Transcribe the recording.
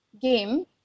game